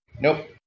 Nope